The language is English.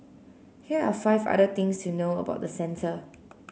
here are five other things to know about the centre